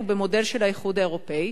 הוא המודל של האיחוד האירופי,